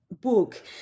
book